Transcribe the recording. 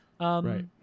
Right